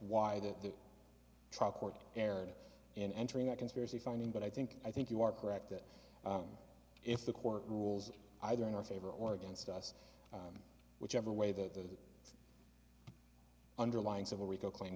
why the trial court erred in entering that conspiracy finding but i think i think you are correct that if the court rules either in our favor or against us whichever way the underlying civil rico claim